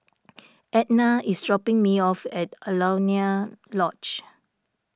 Edna is dropping me off at Alaunia Lodge